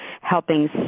helping